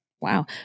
wow